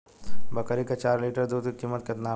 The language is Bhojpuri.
बकरी के चार लीटर दुध के किमत केतना बा?